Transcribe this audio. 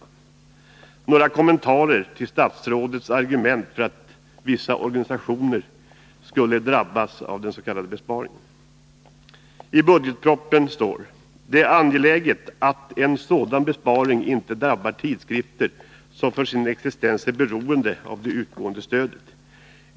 Jag skall göra några kommentarer till statsrådets argument för att vissa organisationer skall drabbas av den s.k. besparingen. I budgetpropositionen står det: ”Det är angeläget att en sådan besparing inte drabbar tidskrifter som för sin existens är beroende av det utgående stödet.